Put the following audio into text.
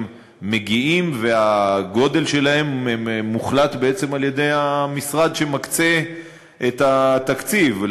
הם מגיעים והגודל שלהם מוחלט בעצם על-ידי המשרד שמקצה את התקציב.